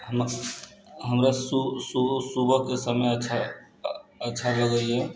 हम हमरा सुबह के समय अच्छा अच्छा लगैया